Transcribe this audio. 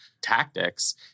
tactics